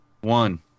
One